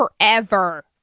forever